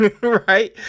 Right